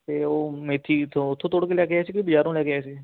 ਅਤੇ ਉਹ ਮੇਥੀ ਉੱਥੋਂ ਤੋੜ ਕੇ ਲੈ ਕੇ ਆਏ ਸੀ ਕਿ ਬਜ਼ਾਰੋਂ ਲੈ ਕੇ ਆਏ ਸੀ